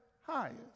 highest